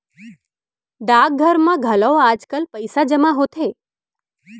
डाकघर म घलौ आजकाल पइसा जमा होथे